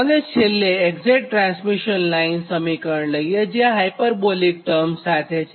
તો છેલ્લે exact transmission line સમીકરણજે હાયપરબોલિક ટર્મ્સ છે